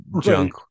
junk